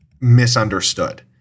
misunderstood